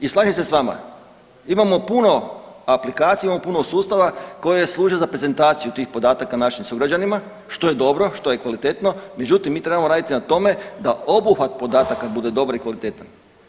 I slažem se s vama imamo puno aplikacija, imamo puno sustava koje služe za prezentaciju tih podataka našim sugrađanima što je dobro, što je kvalitetno, međutim mi trebamo raditi na tome da obuhvat podataka bude dobar i kvalitetan.